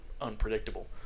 Unpredictable